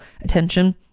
attention